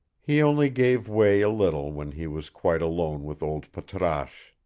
he only gave way a little when he was quite alone with old patrasche.